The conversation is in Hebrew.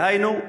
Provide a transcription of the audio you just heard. דהיינו,